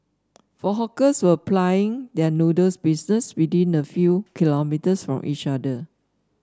four hawkers were plying their noodles business within a few kilometres from each other